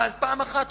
ואז פעם אחת,